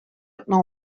атны